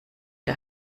der